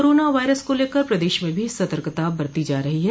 corona virus को लेकर प्रदेश में भी सतर्कता बरती जा रही है